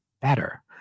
better